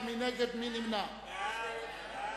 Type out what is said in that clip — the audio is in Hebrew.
מי בעד?